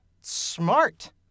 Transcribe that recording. smart